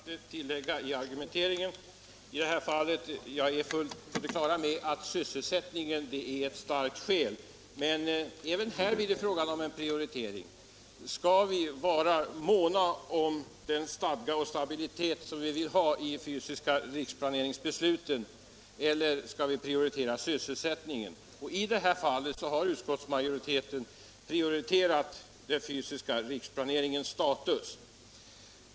Herr talman! Det är i och för sig inte mycket att tillägga i argumenteringen i detta fall. Jag är fullt på det klara med att upprätthållandet av sysselsättningen är ett starkt skäl, men även här blir det fråga om prioritering: Skall vi vara måna om den stadga och stabilitet som vi vill ha i det fysiska riksplanebeslutet eller skall vi prioritera sysselsättningen? I det här fallet har utskottsmajoriteten prioriterat den fysiska riksplaneringens status.